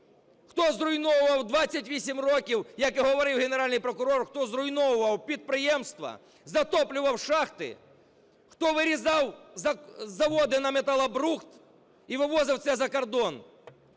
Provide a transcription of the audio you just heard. Хто зруйновував 28 років, як і говорив Генеральний прокурор, хто зруйновував підприємства, затоплював шахти? Хто вирізав заводи на металобрухт і вивозив це за кордон?